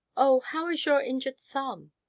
oh, how is your injured thumb?